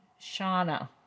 Shauna